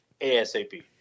ASAP